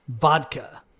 vodka